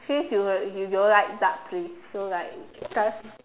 since you you don't like dark place so like cause